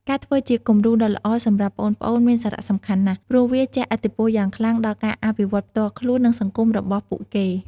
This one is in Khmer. ការធ្វើជាគំរូដ៏ល្អសម្រាប់ប្អូនៗមានសារៈសំខាន់ណាស់ ព្រោះវាជះឥទ្ធិពលយ៉ាងខ្លាំងដល់ការអភិវឌ្ឍផ្ទាល់ខ្លួន និងសង្គមរបស់ពួកគេ ។